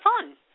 fun